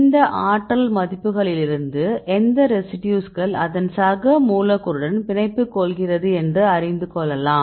இந்த ஆற்றல் மதிப்புகளிலிருந்து எந்த ரெசிடியூஸ்கள் அதன் சக மூலக்கூறுடன் பிணைப்பு கொள்கிறது என்று அறிந்து கொள்ளலாம்